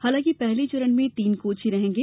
हालांकि पहले चरण में तीन कोच ही रहेंगे